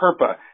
PERPA